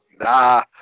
Nah